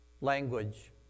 language